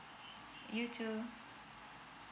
you too